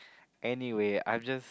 anyway I've just